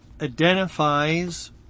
identifies